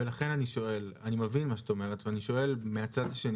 אני מבין מה שאת אומרת ואני שואל מהצד השני,